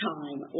time